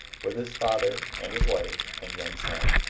with his father, and his wife, and young son.